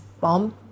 bomb